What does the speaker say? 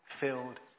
filled